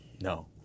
No